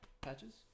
patches